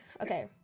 okay